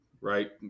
right